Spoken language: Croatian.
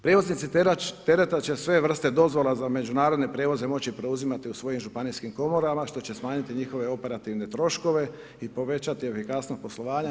Prijevoznici tereta će sve vrste dozvola za međunarodne prijevoze moći preuzimati u svojim županijskim komorama što će smanjiti njihove operativne troškove i povećati efikasnost poslovanja.